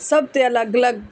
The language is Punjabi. ਸਭ 'ਤੇ ਅਲੱਗ ਅਲੱਗ